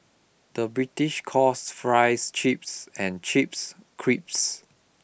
the British calls fries chips and chips crisps